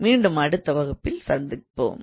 மீண்டும் அடுத்த வகுப்பில் சந்திப்போம்